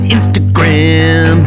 Instagram